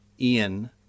Ian